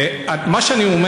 מה נגיד